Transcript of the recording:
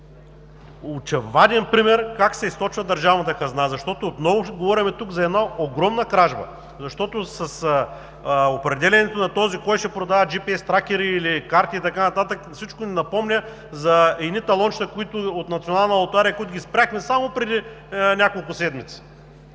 очеваден пример как се източва държавната хазна, защото отново говорим тук за една огромна кражба. С определянето на този, който ще продава GPS тракери или карти, всичко ни напомня за едни талончета от Националната лотария, които ги спряхме само преди няколко седмици.